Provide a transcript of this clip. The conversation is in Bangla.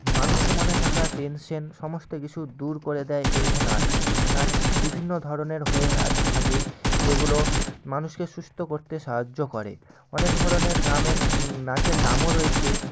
মানুষের মনে থাকা টেনশন সমস্ত কিছু দূর করে দেয় এই নাচ নাচ বিভিন্ন ধরনের হয়ে থাকে যেগুলো মানুষকে সুস্থ করতে সাহায্য করে অনেক ধরনের নামের নাচের নামও রয়েছে